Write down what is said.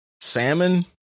salmon